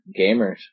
gamers